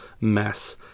mess